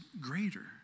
greater